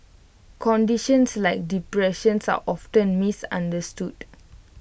conditions like depressions are often misunderstood